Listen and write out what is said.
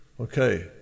okay